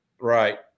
Right